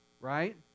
right